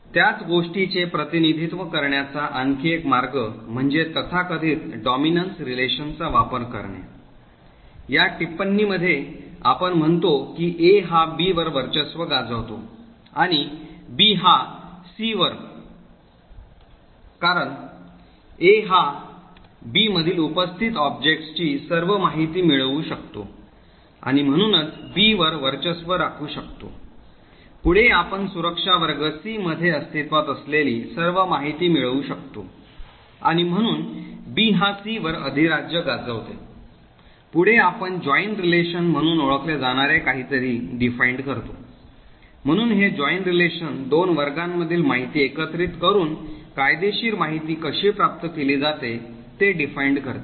त्याच गोष्टीचे प्रतिनिधित्व करण्याचा आणखी एक मार्ग म्हणजे तथाकथित डॉमिनन्स रिलेशन चा वापर करणे या टिपण्णी मध्ये आपण म्हणतो की A हा B वर वर्चस्व गाजवतो आणि B हा C वर कारण A हा B मधील उपस्थित ऑब्जेक्ट्सची सर्व माहिती मिळवू शकतो आणि म्हणूनच B वर वर्चस्व राखू शकतो पुढे आपण सुरक्षा वर्ग C मध्ये अस्तित्वात असलेली सर्व माहिती मिळवू शकतो आणि म्हणून B हा C वर अधिराज्य गाजवते पुढे आपण जॉइन रिलेशन म्हणून ओळखले जाणारे काहीतरी परिभाषित करतो म्हणून हे जॉइन रिलेशन दोन वर्गांमधील माहिती एकत्रित करून कायदेशीर माहिती कशी प्राप्त केली जाते ते परिभाषित करते